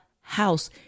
house